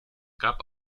gab